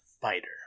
fighter